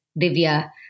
Divya